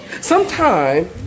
sometime